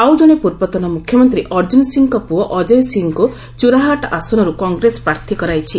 ଆଉ ଜଣେ ପୂର୍ବତନ ମୁଖ୍ୟମନ୍ତ୍ରୀ ଅର୍ଜ୍ଜୁନ ସିଂଙ୍କ ପୁଅ ଅଜୟ ସିଂଙ୍କୁ ଚୂରାହାଟ ଆସନର୍ କଂଗ୍ରେସ ପ୍ରାର୍ଥୀ କରାଇଛି